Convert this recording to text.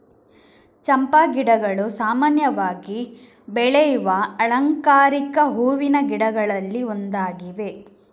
ಚಂಪಾ ಗಿಡಗಳು ಸಾಮಾನ್ಯವಾಗಿ ಬೆಳೆಯುವ ಅಲಂಕಾರಿಕ ಹೂವಿನ ಗಿಡಗಳಲ್ಲಿ ಒಂದಾಗಿವೆ